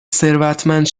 ثروتمند